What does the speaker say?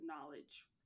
knowledge